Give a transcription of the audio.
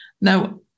Now